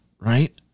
right